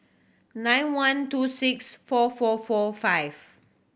nine one two six four four four five